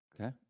Okay